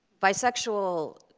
bisexual,